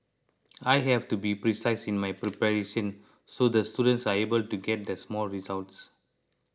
I have to be precise in my preparation so the students are able to get the small results